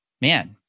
Man